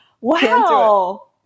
wow